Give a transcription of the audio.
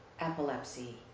epilepsy